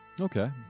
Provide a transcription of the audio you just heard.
Okay